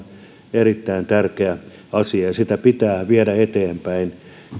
erittäin tärkeä asia ja sitä pitää viedä eteenpäin